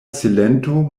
silento